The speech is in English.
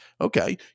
Okay